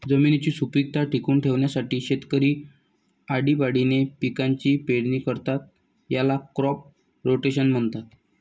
जमिनीची सुपीकता टिकवून ठेवण्यासाठी शेतकरी आळीपाळीने पिकांची पेरणी करतात, याला क्रॉप रोटेशन म्हणतात